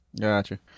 Gotcha